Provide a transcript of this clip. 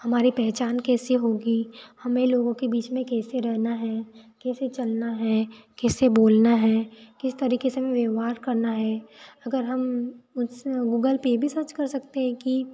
हमारी पहचान कैसे होगी हमें लोगों के बीच में कैसे रहना है कैसे चलना है कैसे बाेलना है किस तरीकक़े से हमें व्यवहार करना है अगर हम उसमें गूगल पर ये भी सर्च कर सकते हैं कि